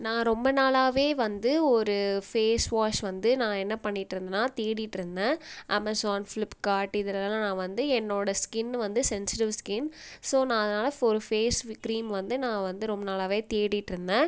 நான் ரொம்ப நாளாகவே வந்து ஒரு ஃபேஸ் வாஷ் வந்து நான் என்ன பண்ணிட்ருந்தேனா தேடிட்ருந்தேன் அமேசான் ஃபிலிப்கார்ட் இதுலலாம் நான் வந்து என்னோட ஸ்கின்னு வந்து சென்சிட்டிவ் ஸ்கின் ஸோ நான் அதனால ஒரு ஃபேஸ் க்ரீம் வந்து நான் வந்து ரொம்பநாளாகவே தேடிட்ருந்தேன்